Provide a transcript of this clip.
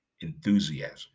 enthusiasm